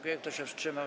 Kto się wstrzymał?